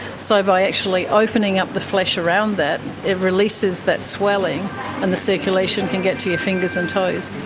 so by actually opening up the flesh around that, it releases that swelling and the circulation can get to your fingers and toes.